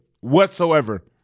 whatsoever